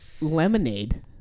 lemonade